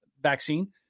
vaccine